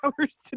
hours